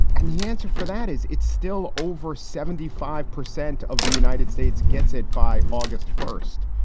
and the answer for that is it's still over seventy five percent of the united states gets it by august first.